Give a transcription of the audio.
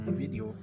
video